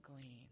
clean